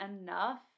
enough